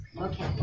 Okay